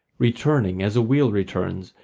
returning as a wheel returns,